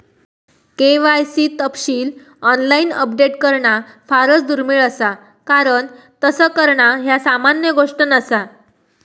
KYC तपशील online update करणा फारच दुर्मिळ असा कारण तस करणा ह्या सामान्य गोष्ट नसा